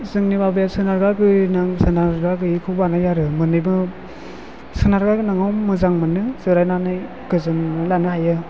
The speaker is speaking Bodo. जोंनि बाबाया सोनारग्रा गोनां सोनारग्रा गैयैखौबो बानायो आरो मोननैबो सोनारग्रा गोनाङाव मोजां मोनो जिरायनानै गोजोननाय लानो हायो